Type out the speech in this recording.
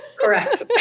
Correct